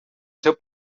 seu